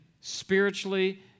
spiritually